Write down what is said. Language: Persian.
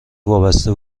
وابسته